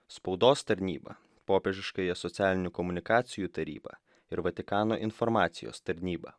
spaudos tarnybą popiežiškąją socialinių komunikacijų tarybą ir vatikano informacijos tarnybą